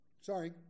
Sorry